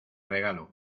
regalo